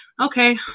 okay